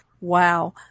Wow